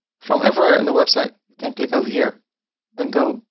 from everywhere in the website, you can click over here and go,